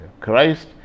Christ